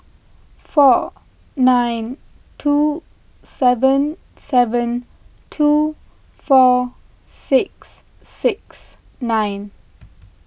four nine two seven seven two four six six nine